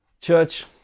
Church